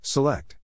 Select